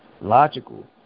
logical